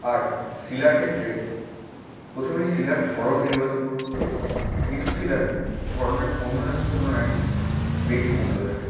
আর শিলার ক্ষেত্রে প্রথমেই শিলার ধরন নির্বাচন করুন কিছু শিলার ধরনের অন্যদের তুলনায় বেশি মূল্য থাকে